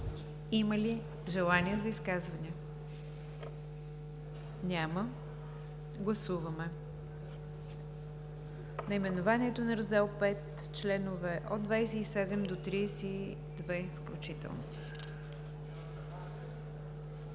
Има ли желаещи за изказвания? Няма. Гласуваме наименованието на Раздел V и членове от 27 до 32 включително.